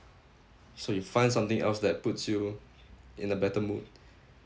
so you find something else that puts you in a better mood